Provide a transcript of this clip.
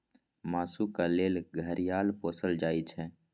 मासुक लेल घड़ियाल पोसल जाइ छै